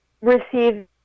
receive